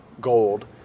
gold